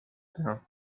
teha